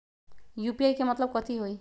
UPI के मतलब कथी होई?